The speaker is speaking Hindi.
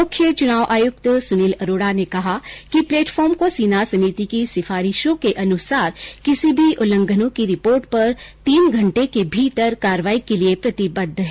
मुख्य चुनाव आयुक्त सुनील अरोड़ा ने कहा कि प्लेटफॉर्म को सिन्हा समिति की सिफारिशों के अनुसार किसी भी उल्लंघनों की रिपोर्ट पर तीन घंटे के भीतर कार्रवाई के लिए प्रतिबद्ध है